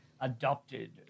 adopted